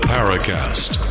Paracast